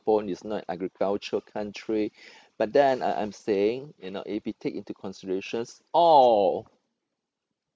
singapore is not agricultural country but then I'm saying you know if we take into considerations all